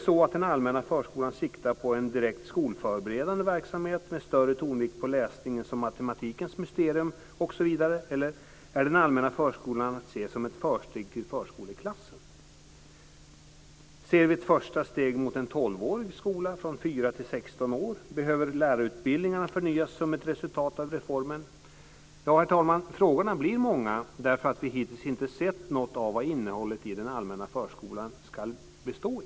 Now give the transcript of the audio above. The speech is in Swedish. Siktar den allmänna förskolan på en direkt skolförberedande verksamhet med större tonvikt på läsningens och matematikens mysterier osv., eller är den allmänna förskolan att se som ett förstadium till förskoleklassen? Ser vi här ett första steg mot en tolvårig skola från fyra till sexton år? Behöver lärarutbildningarna förnyas som ett resultat av reformen? Ja, herr talman, frågorna blir många därför att vi hittills inte sett något av vilket innehållet i den allmänna förskolan ska vara.